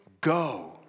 Go